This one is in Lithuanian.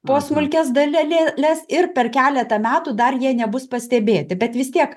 po smulkias daleles ir per keletą metų dar jie nebus pastebėti bet vis tiek